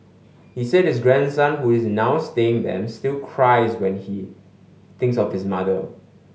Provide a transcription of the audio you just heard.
he said his grandson who is now staying them still cries when he thinks of his mother